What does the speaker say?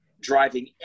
driving